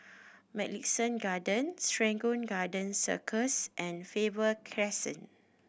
Mugliston Garden Serangoon Garden Circus and Faber Crescent